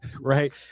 right